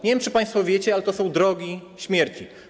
Nie wiem, czy państwo wiecie, ale to są drogi śmierci.